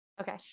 Okay